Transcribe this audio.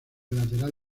lateral